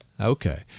Okay